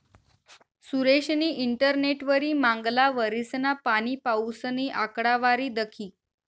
सुरेशनी इंटरनेटवरी मांगला वरीसना पाणीपाऊसनी आकडावारी दखी